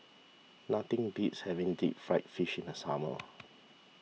nothing beats having Deep Fried Fish in the summer